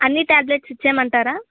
అన్ని టాబ్లెట్స్ ఇచ్చేమంటారా